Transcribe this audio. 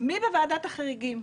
מי בוועדת החריגים,